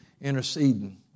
interceding